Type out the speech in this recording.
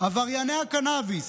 עברייני הקנביס,